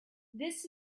this